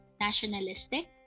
nationalistic